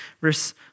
verse